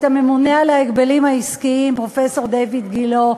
את הממונה על ההגבלים העסקיים פרופסור דיויד גילה,